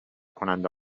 کننده